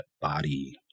body